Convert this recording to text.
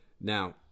Now